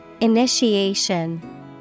Initiation